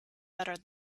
better